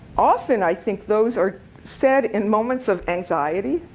often, i think those are said in moments of anxiety.